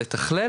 לתכלל,